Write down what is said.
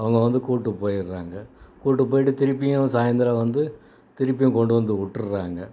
அவங்கள் வந்து கூட்டி போயிடறாங்க கூட்டி போயிட்டு திருப்பியும் சாயந்தரம் வந்து திருப்பியும் கொண்டு வந்து விட்டுர்றாங்க